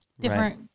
different